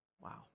Wow